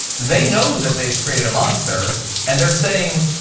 they know that they've created a monster and they're saying,